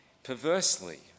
Perversely